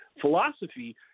philosophy